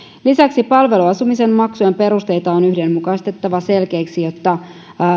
lisäksi palveluasumisen maksujen perusteita on yhdenmukaistettava selkeiksi jotta